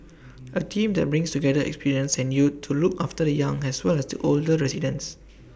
A team that brings together experience and youth to look after the young as well as the older residents